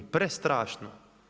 Prestrašno.